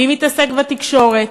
מי מתעסק בתקשורת?